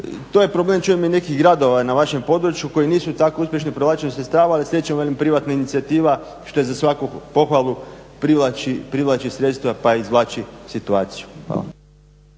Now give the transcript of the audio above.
To je problem čujem i nekih gradova na vašem području koji nisu tako uspješni u povlačenju sredstava i … privatnih inicijativa što je za svaku pohvalu, privlači sredstva pa izvlači situaciju.